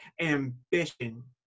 ambition